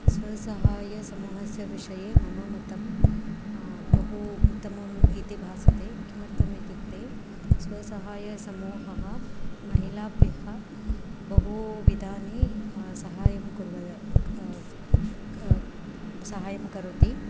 स्वसहायसमूहस्य विषये मम मतं बहु उत्तमम् इति भासते किमर्थम् इत्युक्ते स्वसहायसमूहः महिलाभ्यः बहुविधानि सहायं कुर्वन् सहायं करोति